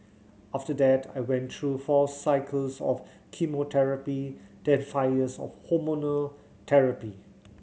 after that I went through four cycles of chemotherapy then five years of hormonal therapy